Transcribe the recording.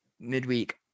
midweek